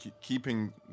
Keeping